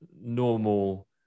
normal